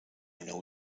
know